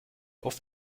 oft